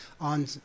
on